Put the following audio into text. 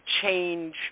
change